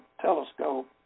Telescope